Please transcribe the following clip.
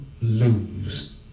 lose